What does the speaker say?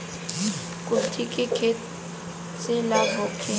कुलथी के खेती से लाभ होखे?